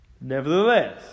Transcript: nevertheless